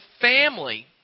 family